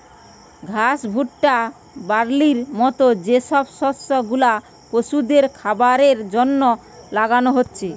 ঘাস, ভুট্টা, বার্লির মত যে সব শস্য গুলা পশুদের খাবারের জন্যে লাগানা হচ্ছে